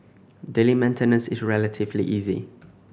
daily maintenance is relatively easy